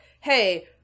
hey